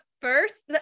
first